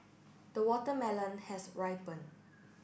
the watermelon has ripened